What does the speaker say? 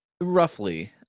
Roughly